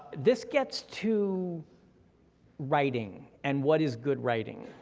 this gets to writing, and what is good writing,